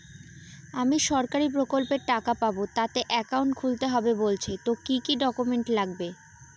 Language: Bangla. আমি সরকারি প্রকল্পের টাকা পাবো তাতে একাউন্ট খুলতে হবে বলছে তো কি কী ডকুমেন্ট লাগবে?